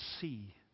see